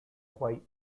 white